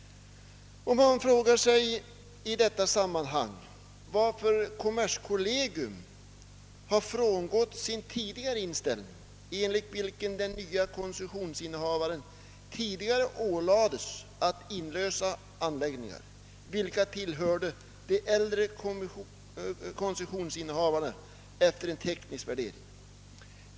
Man frågar sig i detta sammanhang varför kommerskollegium har frångått sin tidigare inställning, enligt vilken den nye koncessionsinnehavaren ålades att inlösa anläggningar, vilka tillhört äldre koncessionsinnehavare, efter en teknisk värdering.